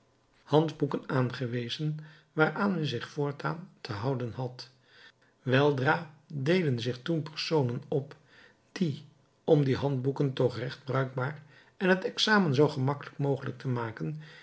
handboeken aangewezen waaraan men zich voortaan te houden had weldra deden zich toen personen op die om die handboeken toch recht bruikbaar en het examen zoo gemakkelijk mogelijk te maken